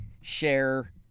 share